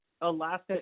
Alaska